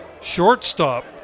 shortstop